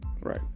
right